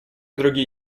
другие